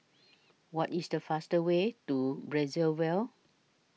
What IS The fastest Way to Brazzaville